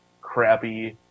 crappy